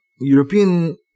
European